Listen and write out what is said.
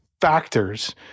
factors